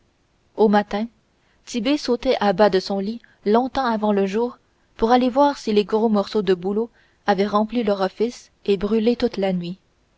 au matin tit'bé sautait à bas de son lit longtemps avant le jour pour aller voir si les gros morceaux de bouleau avaient rempli leur office et brûlé toute la nuit